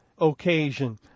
occasion